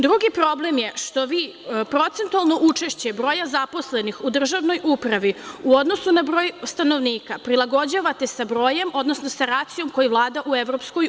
Drugi problem je što vi procentualno učešće broja zaposlenih u državnoj upravi u odnosu na broj stanovnika prilagođavate sa brojem, odnosno sa racijom koji vlada u EU.